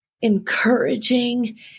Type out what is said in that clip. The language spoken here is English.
encouraging